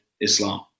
Islam